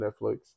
Netflix